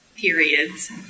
periods